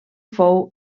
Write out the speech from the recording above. fou